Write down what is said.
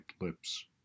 lips